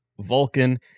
Vulcan